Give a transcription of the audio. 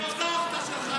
אתה חתיכת שקרן,